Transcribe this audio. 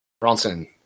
Bronson